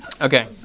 Okay